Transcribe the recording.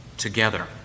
together